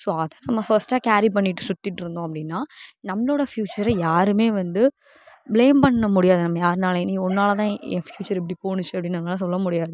so அதை நம்ம ஃபர்ஸ்ட்டாக கேர்ரி பண்ணிட்டு சுற்றிட்டு இருந்தோம் அப்படினா நம்ளோட ஃபியூச்சரை யாருமே வந்து ப்ளேம் பண்ண முடியாது யாருனாலுமே இனி உன்னால தான் என் ஃபியூச்சர் இப்படி போணுச்சு அப்படினு நாங்கள் சொல்ல முடியாது